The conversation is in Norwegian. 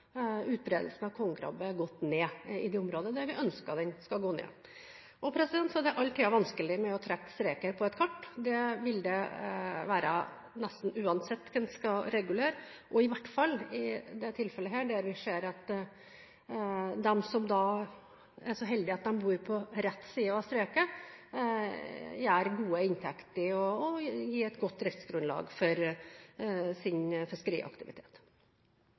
den skal gå ned. Så er det alltid vanskelig å trekke streker på et kart. Det vil det være nesten uansett hva en skal regulere, og i hvert fall i dette tilfellet, der vi ser at de som er så heldige at de bor på rett side av streken, har gode inntekter som gir et godt driftsgrunnlag for deres fiskeriaktivitet.